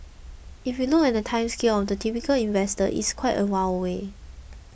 if you look at the time scale of the typical investor it's quite a while away